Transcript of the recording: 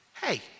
Hey